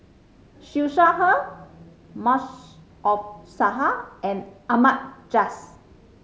Siew Shaw Her Maarof Salleh and Ahmad Jais